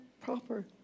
proper